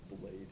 blade